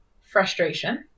frustration